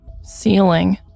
Ceiling